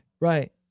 Right